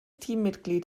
teammitglied